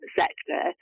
sector